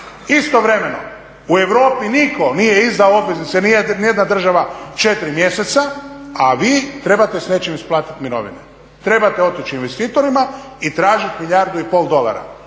Istovremeno u Europi nitko nije izdao obveznice, nijedna država, četiri mjeseca a vi trebate s nečim isplatiti mirovine, trebate otići investitorima i tražiti milijardu i pol dolara.